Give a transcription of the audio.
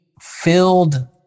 filled